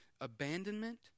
abandonment